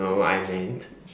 no I meant